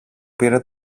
πήρε